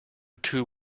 two